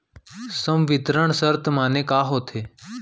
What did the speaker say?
संवितरण शर्त माने का होथे?